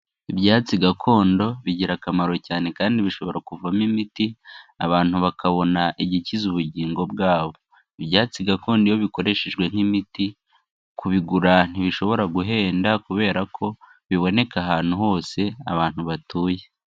Ibyatsi gakondo bigira akamaro cyane kandi bishobora kuvamo imiti abantu bakabona igikiza ubugingo bwabo, ibyatsi gakondo iyo bikoreshejwe nk'imiti kubigura ntibishobora guhenda kubera ko biboneka ahantu hose abantu batuye.